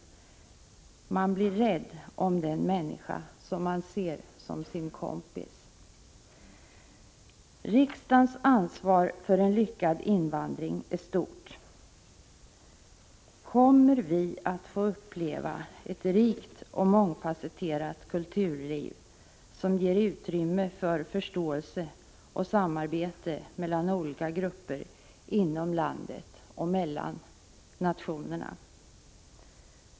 Man blir rädd om den människa som man ser som sin kompis. Riksdagens ansvar för en lyckad invandring är stort. Kommer vi att få uppleva ett rikt och mångfasetterat kulturliv, som ger utrymme för förståelse och samarbete mellan olika grupper inom landet och mellan nationerna?